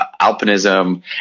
alpinism